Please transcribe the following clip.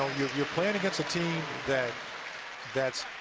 you're playing against a team that that